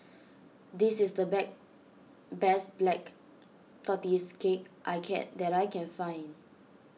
this is the bet best Black Tortoise Cake I can that I can find